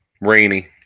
Rainy